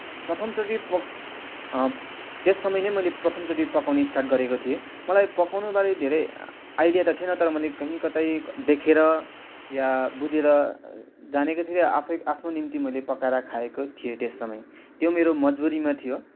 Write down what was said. प्रथमचोटि पक त्यस समय नै मैले प्रथमचोटि पकाउने स्टार्ट गरेको थिएँ मलाई पकाउनुबारे धेरै आइडिया त थिएन तर मैले कहीँ कतै देखेर या बुझेर जानेको थिएँ र आफै आफ्नो निम्ति मैले पकाएर खाएको थिएँ त्यस समय त्यो मेरो मजबुरीमा थियो